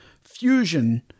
fusion